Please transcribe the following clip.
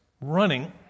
running